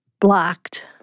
blocked